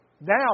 Now